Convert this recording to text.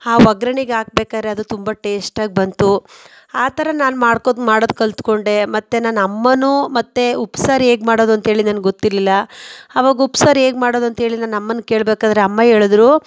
ಆ ಒಗ್ಗರಣೆಗೆ ಹಾಕಬೇಕಾದ್ರೆ ಅದು ತುಂಬ ಟೇಸ್ಟಾಗಿ ಬಂತು ಆ ಥರ ನಾನು ಮಾಡ್ಕೋ ಮಾಡೋದು ಕಲ್ತ್ಕೊಂಡೆ ಮತ್ತು ನನ್ನ ಅಮ್ಮನೂ ಮತ್ತು ಉಪ್ಸಾರು ಹೇಗೆ ಮಾಡೋದು ಅಂಥೇಳಿ ನನ್ಗೆ ಗೊತ್ತಿರಲಿಲ್ಲ ಆವಾಗ ಉಪ್ಸಾರು ಹೇಗೆ ಮಾಡೋದು ಅಂಥೇಳಿ ನನ್ನ ಅಮ್ಮನ ಕೇಳಬೇಕಾದ್ರೆ ಅಮ್ಮ ಹೇಳಿದ್ರು